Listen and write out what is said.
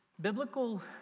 Biblical